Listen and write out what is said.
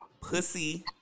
pussy